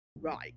Right